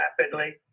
rapidly